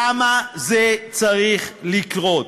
למה זה צריך לקרות?